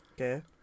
Okay